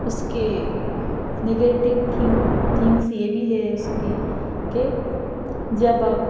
اس کے negative think thinks یہ بھی ہے اس کے کہ جب آپ